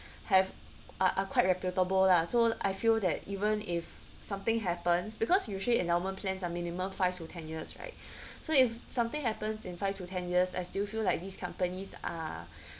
have uh are quite reputable lah so I feel that even if something happens because usually endowment plans are minimum five to ten years right so if something happens in five to ten years I still feel like these companies are